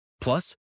Plus